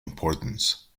importance